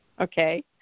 Okay